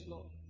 Lord